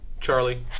Charlie